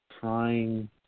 trying